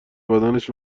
بدنش